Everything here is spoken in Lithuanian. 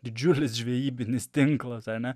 didžiulis žvejybinis tinklas a ne